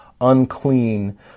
unclean